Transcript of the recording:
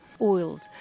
oils